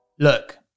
Look